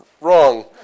wrong